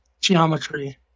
geometry